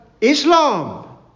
Islam